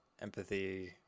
empathy